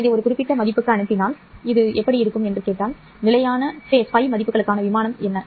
நான் இதை ஒரு குறிப்பிட்ட மதிப்புக்கு அனுப்பினால் this இது எப்படி இருக்கும் என்று கேட்டால் நிலையான Ф மதிப்புகளுக்கான விமானம் என்ன